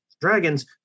Dragons